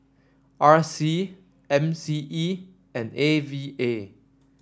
R C M C E and A V A